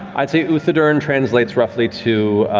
i'd say uthodurn translates roughly to